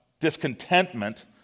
discontentment